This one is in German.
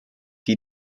der